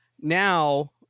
now